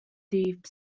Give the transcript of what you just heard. deep